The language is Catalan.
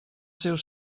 seus